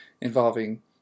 involving